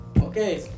Okay